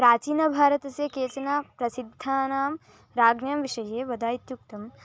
प्राचीनभारतस्य केचन प्रसिद्धानां राजानां विषये वद इत्युक्तम्